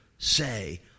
say